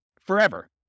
forever